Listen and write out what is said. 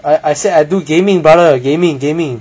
I I said I do gaming brother gaming gaming